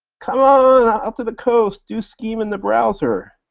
come on up to the coast! do scheme in the browser!